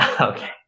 Okay